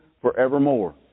forevermore